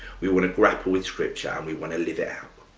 we want to grapple with scripture and we want to live out.